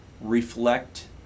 reflect